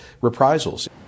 reprisals